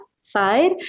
side